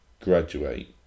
graduate